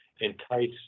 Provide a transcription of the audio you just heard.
entice